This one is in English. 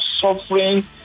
suffering